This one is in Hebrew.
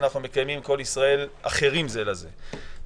אנחנו מקיימים "כל ישראל אחרים זה לזה".